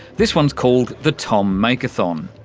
this one's called the tom makeathon,